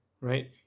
right